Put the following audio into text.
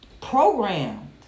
programmed